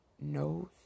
knows